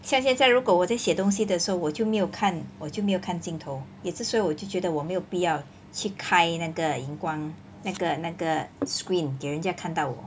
像现在如果我再写东西的时候我就没有看我就没有看镜头也是所以我就觉得我没有必要去开那个荧光那个那个 screen 给人家看到我